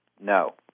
No